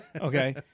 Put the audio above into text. okay